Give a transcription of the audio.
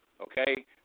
okay